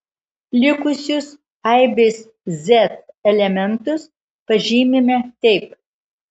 likusius aibės z elementus pažymime taip